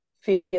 feel